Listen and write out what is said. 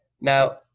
Now